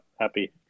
happy